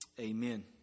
Amen